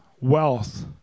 wealth